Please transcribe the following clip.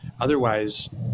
Otherwise